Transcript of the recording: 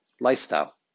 lifestyle